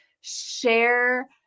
share